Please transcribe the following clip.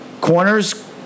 Corners